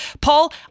Paul